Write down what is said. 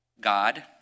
God